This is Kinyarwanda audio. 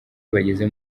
bageze